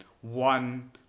one